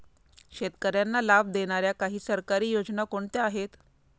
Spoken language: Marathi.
शेतकऱ्यांना लाभ देणाऱ्या काही सरकारी योजना कोणत्या आहेत?